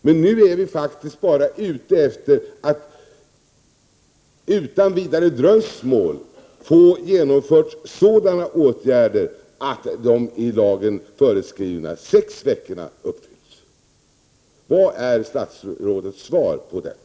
Men nu är vi bara ute efter att utan vidare dröjsmål kunna genomdriva sådana åtgärder att den i lagen föreskrivna sexveckorsgränsen kan hållas. Vad är statsrådets svar på detta?